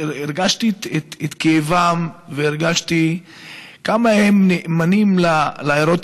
הרגשתי את כאבם והרגשתי כמה הם נאמנים לעיירות